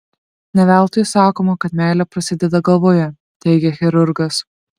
ne veltui sakoma kad meilė prasideda galvoje teigia chirurgas